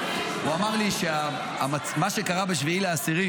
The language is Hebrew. והוא אמר לי שמה שקרה ב-7 באוקטובר,